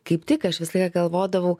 kaip tik aš visą laiką galvodavau